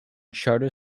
charter